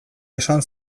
esan